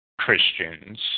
Christians